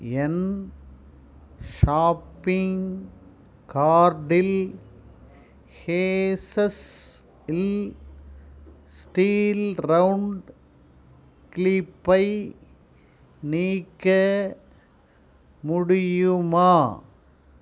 என் shopping கார்ட்டில் hazel steel round க்ளிப்பை நீக்க முடியுமா